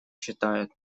считают